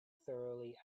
thoroughly